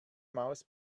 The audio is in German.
maus